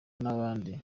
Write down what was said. n’abandi